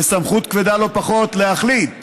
וסמכות כבדה לא פחות להחליט